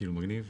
כאילו מגניב.